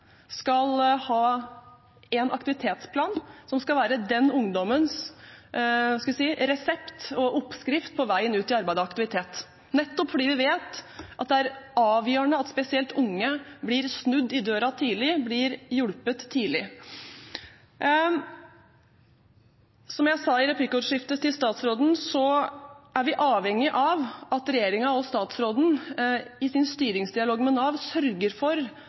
skal ha en aktivitetsplan som skal være den ungdommens – hva skal jeg si – resept og oppskrift på veien ut i arbeid og aktivitet, nettopp fordi vi vet at det er avgjørende at spesielt unge blir snudd i døren tidlig, blir hjulpet tidlig. Som jeg sa i replikkordskiftet med statsråden, er vi avhengig av at regjeringen og statsråden i sin styringsdialog med Nav sørger for